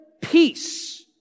peace